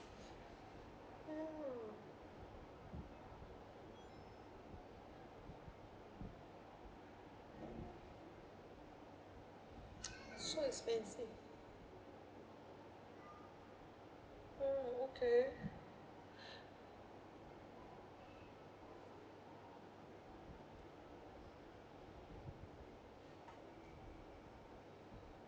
oh so expensive oh okay